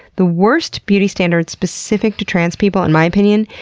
the worst beauty standard specific to trans people, in my opinion,